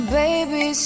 baby